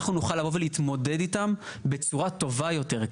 אנחנו נוכל לבוא ולהתמודד איתם בצורה טובה יותר.